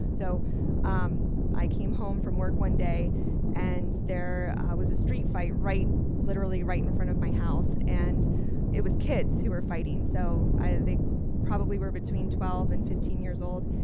so um i came home from work one day and there was a street fight right literally right in front of my house and it was kids who were fighting so i they probably were between twelve and fifteen years old.